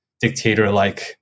dictator-like